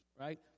right